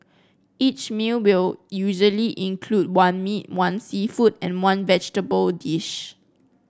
each meal will usually include one meat one seafood and one vegetable dish